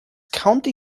county